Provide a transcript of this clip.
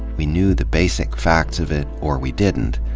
we knew the basic facts of it, or we didn't,